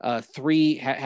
three